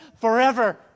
forever